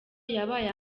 yabaye